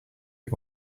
you